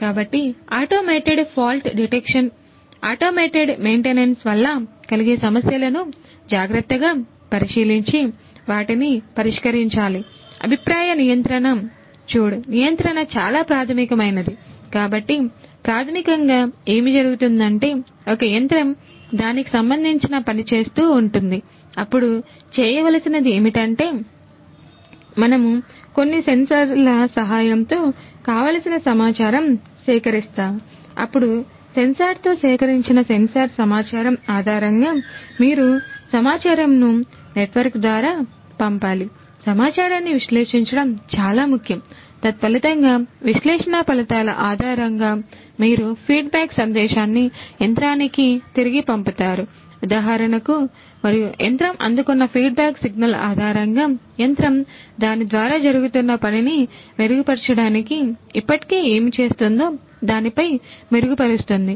కాబట్టి automated fault detection సహాయంతో కావలసిన సమాచారం సేకరిస్తాము అప్పుడు సెన్సార్ తో సేకరించిన సెన్సార్ సమాచారం ఆధారంగా మీరు సమాచారంను నెట్వర్క్ ద్వారా పంపాలి సమాచారాన్ని విశ్లేషించడం చాలా ముఖ్యం తత్ఫలితంగా విశ్లేషణ ఫలితాల ఆధారంగా మీరు ఫీడ్బ్యాక్ సందేశాన్ని యంత్రానికి తిరిగి పంపుతారు ఉదాహరణకు మరియు యంత్రం అందుకున్న ఫీడ్బ్యాక్ సిగ్నల్ ఆధారంగా యంత్రం దాని ద్వారా జరుగుతున్న పనిని మెరుగుపర్చడానికి ఇప్పటికే ఏమి చేస్తుందో దానిపై మెరుగుపరుస్తుంది